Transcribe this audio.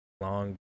long